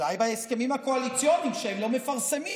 אולי ההסכמים הקואליציוניים שהם לא מפרסמים